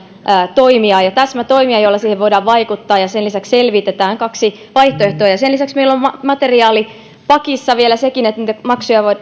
toimia ja täsmätoimia joilla siihen voidaan vaikuttaa ja sen lisäksi selvitetään kaksi vaihtoehtoa sen lisäksi meillä on materiaalipakissa vielä sekin että niitä maksuja